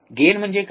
gain म्हणजे काय